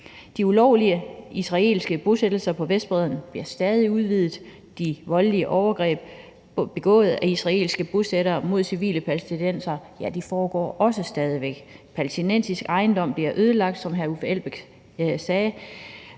De ulovlige israelske bosættelser på Vestbredden bliver stadig udvidet; de voldelige overgreb begået af israelske bosættere mod civile palæstinensere foregår også stadig væk; og palæstinensisk ejendom bliver, som hr. Uffe Elbæk sagde,